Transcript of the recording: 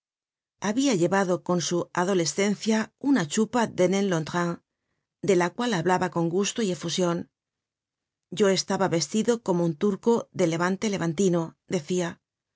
agitacionihabia llevado en su adolescencia una chupa de nain londrin de la cual hablaba con gusto y efusion yo estaba vestido como un turco de levante levantino decia